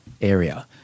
area